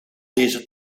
deze